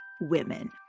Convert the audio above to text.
Women